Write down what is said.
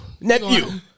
nephew